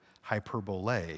hyperbole